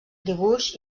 dibuix